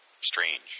strange